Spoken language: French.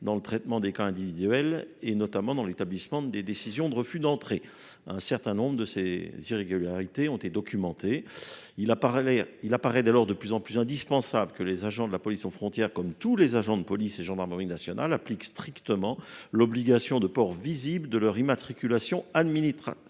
dans le traitement des cas individuels des personnes étrangères, notamment dans l’établissement des décisions de refus d’entrée. Un certain nombre de ces irrégularités ont été documentées. Il apparaît dès lors de plus en plus indispensable que les agents de la police aux frontières, comme tous les agents de police et gendarmerie nationale, appliquent strictement l’obligation de port visible de leur immatriculation administrative.